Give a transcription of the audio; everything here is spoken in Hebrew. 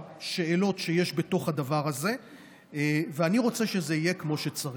השאלות שיש בתוך הדבר הזה ואני רוצה שזה יהיה כמו שצריך.